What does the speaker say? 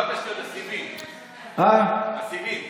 ענווה,